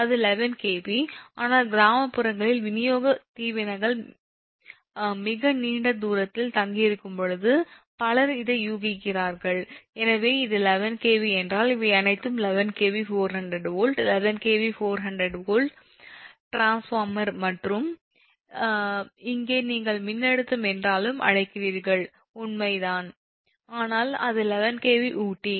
அது 11 𝑘𝑉 ஆனால் கிராமப்புறங்களில் விநியோகத் தீவனங்கள் மிக நீண்ட தூரத்தில் தங்கியிருக்கும் போது பலர் இதை யூகிக்கிறார்கள் இது 11 𝑘𝑉 என்றால் இவை அனைத்தும் 11 𝑘𝑉 400 வோல்ட் 11 𝑘𝑉 400 வோல்ட் டிரான்ஸ்பார்மர் மற்றும் இங்கே நீங்கள் மின்னழுத்தம் என்றாலும் அழைக்கிறீர்கள் உண்மைதான் ஆனால் அது 11 𝑘𝑉 ஊட்டி